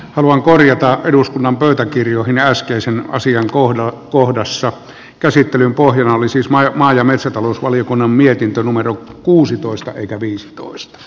haluan korjata eduskunnan pöytäkirjojen äskeisen asian kohdalla kohdassa käsittelyn pohjana oli siis majamaa ja metsätalousvaliokunnan mietintö numero kuusitoista eikä viisitoista